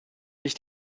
nicht